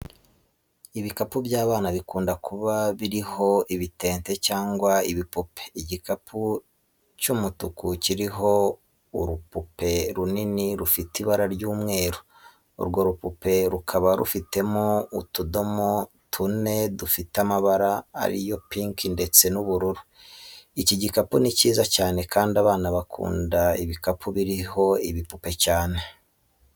Ibikapu by'abana bikunda kuba biriho ibitente cyangwa ibipupe. Igikapu cy'umutuku kiriho urupupe runini rufite ibara ry'umweru, urwo rupupe rukaba rufitemo utudomo tune dufite amabara ari yo pinki ndetse n'ubururu. Iki gikapu ni cyiza cyane kandi abana bakunda ibikapu biriho ibipupe cyane.